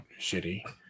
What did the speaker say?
shitty